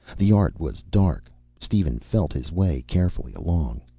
the yard was dark. steven felt his way carefully along.